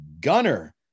gunner